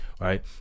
right